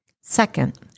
Second